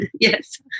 Yes